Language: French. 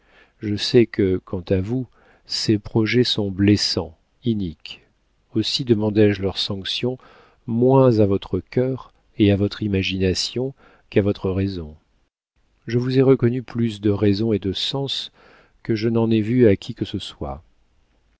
je sais que quant à vous ces projets sont blessants iniques aussi demandé je leur sanction moins à votre cœur et à votre imagination qu'à votre raison je vous ai reconnu plus de raison et de sens que je n'en ai vu à qui que ce soit